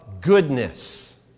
goodness